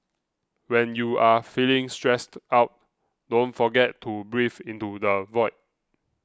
when you are feeling stressed out don't forget to breathe into the void